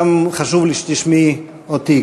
חשוב לי שתשמעי אותי,